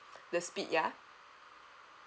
the speed ya